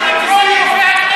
אני מבקש לקרוא לרופא הכנסת,